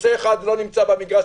נושא אחד לא נמצא במגרש,